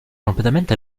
completamente